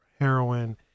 heroin